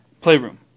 playroom